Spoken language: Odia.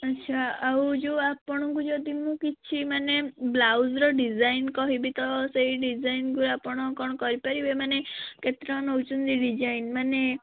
ଆଚ୍ଛା ଆଉ ଯେଉଁ ଆପଣଙ୍କୁ ଯଦି ମୁଁ କିଛି ମାନେ ବ୍ଲାଉଜ୍ର ଡିଜାଇନ୍ କହିବି ତ ସେଇ ଡିଜାଇନ୍କୁ ଆପଣ କ'ଣ କରି ପାରିବେ ମାନେ କେତେ ଟଙ୍କା ନେଉଛନ୍ତି ଡିଜାଇନ୍ ମାନେ